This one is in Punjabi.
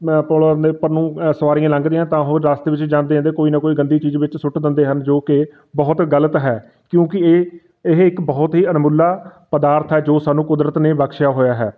ਪੁਲ਼ਾਂ ਦੇ ਉੱਪਰ ਨੂੰ ਸਵਾਰੀਆਂ ਲੰਘਦੀਆਂ ਤਾਂ ਉਹ ਰਸਤੇ ਵਿੱਚ ਜਾਂਦੇ ਜਾਂਦੇ ਕੋਈ ਨਾ ਕੋਈ ਗੰਦੀ ਚੀਜ਼ ਵਿੱਚ ਸੁੱਟ ਦਿੰਦੇ ਹਨ ਜੋ ਕਿ ਬਹੁਤ ਗਲਤ ਹੈ ਕਿਉਂਕਿ ਇਹ ਇਹ ਇੱਕ ਬਹੁਤ ਹੀ ਅਣਮੁੱਲਾ ਪਦਾਰਥ ਹੈ ਜੋ ਸਾਨੂੰ ਕੁਦਰਤ ਨੇ ਬਖਸ਼ਿਆ ਹੋਇਆ ਹੈ